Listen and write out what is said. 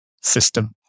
system